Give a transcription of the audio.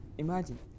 Imagine